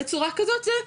בצורה כזאת זה,